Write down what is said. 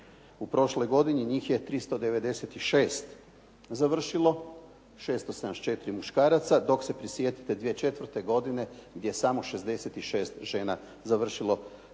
U prošloj godini njih je 396 završilo, 674 muškaraca dok se prisjetite 2004. godine gdje je samo 66 žena završilo